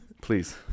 please